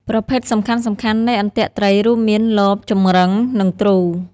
ប្រភេទសំខាន់ៗនៃអន្ទាក់ត្រីរួមមាន លប ចម្រឹង និងទ្រូ។